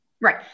Right